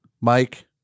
Mike